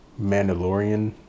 Mandalorian